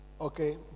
Okay